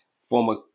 Former